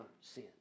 sin